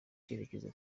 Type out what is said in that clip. icyerekezo